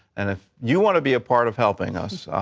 and if you want to be a part of helping us,